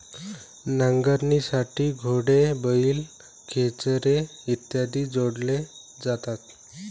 नांगरणीसाठी घोडे, बैल, खेचरे इत्यादी जोडले जातात